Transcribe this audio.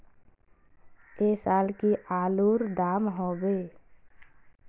ऐ साल की आलूर र दाम होबे?